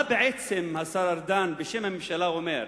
מה בעצם השר ארדן, בשם הממשלה, אומר?